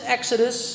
Exodus